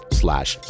slash